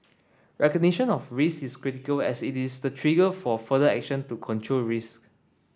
recognition of risks is critical as it is the trigger for further action to control risks